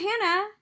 Hannah